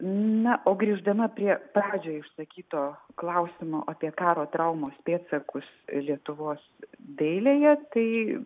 na o grįždama prie pradžioj išsakyto klausimo apie karo traumos pėdsakus lietuvos dailėje tai